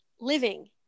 Living